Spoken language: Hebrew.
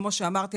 כמו שאמרתי,